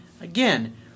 Again